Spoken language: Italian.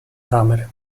camere